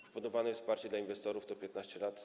Proponowane wsparcie dla inwestorów to 15 lat.